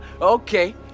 okay